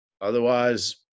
Otherwise